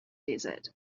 desert